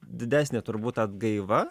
didesnė turbūt atgaiva